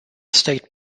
state